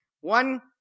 One